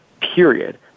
period